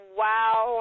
wow